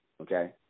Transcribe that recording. Okay